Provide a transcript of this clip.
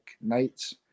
nights